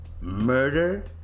murder